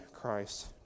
Christ